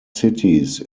cities